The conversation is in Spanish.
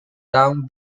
down